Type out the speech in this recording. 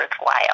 worthwhile